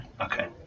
Okay